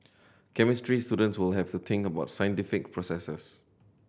chemistry students will have to think about scientific processes